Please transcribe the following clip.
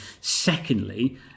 Secondly